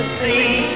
see